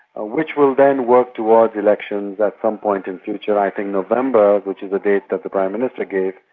ah which will then work towards elections at some point in the future. i think november, which is the date that the prime minister gave,